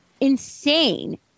insane